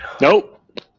Nope